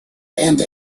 and